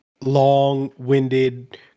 long-winded